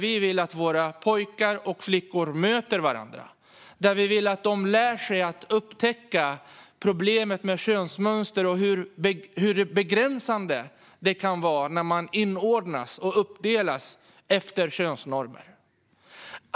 Vi vill att våra pojkar och flickor möter varandra. Vi vill att de lär sig att upptäcka problemet med könsmönster och hur begränsande det kan vara när man inordnas och uppdelas efter könsnormer.